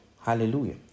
Hallelujah